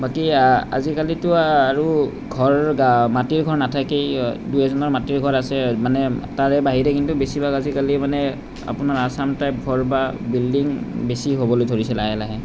বাকী আজিকালিতো আৰু ঘৰ মাটিৰ ঘৰ নাথাকেই দুই এজনৰ মাটিৰ ঘৰ আছে মানে তাৰে বাহিৰে কিন্তু বেছিভাগ আজিকালি মানে আপোনাৰ আছাম টাইপ ঘৰ বা বিল্ডিং বেছি হ'বলৈ ধৰিছে লাহে লাহে